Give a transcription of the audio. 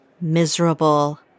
miserable